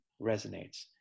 resonates